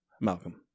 Malcolm